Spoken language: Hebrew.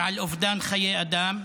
ועל אובדן חיי אדם,